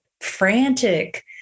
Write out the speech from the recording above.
frantic